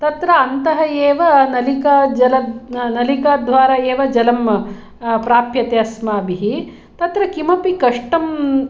तत्र अन्तः एव नलिका नालिकाद्वारा एव जलं प्राप्यते अस्माभिः तत्र किमपि कष्टं